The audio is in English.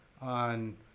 on